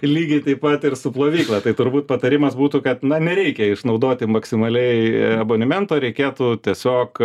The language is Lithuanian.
lygiai taip pat ir su plovykla tai turbūt patarimas būtų kad na nereikia išnaudoti maksimaliai abonemento reikėtų tiesiog